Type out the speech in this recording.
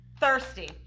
thirsty